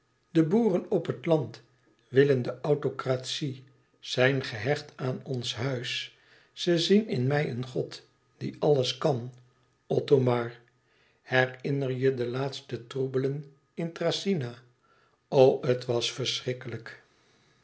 de boeren op het land willen de autocratie zijn gehecht aan ons huis ze zien in mij een god die alles kan othomar herinner je de laatste troebelen in thracyna o het was verschrikkelijk